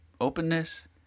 openness